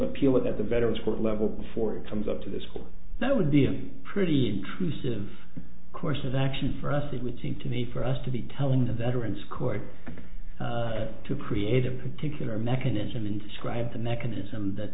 appeal at the veterans court level before it comes up to the school that would be and pretty intrusive course of action for us it would seem to me for us to be telling the veterans court to create a particular mechanism to describe the mechanism that